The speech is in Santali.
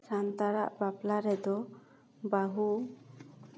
ᱥᱟᱱᱛᱟᱲᱟᱜ ᱵᱟᱯᱞᱟ ᱨᱮᱫᱚ ᱵᱟᱹᱦᱩ